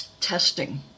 testing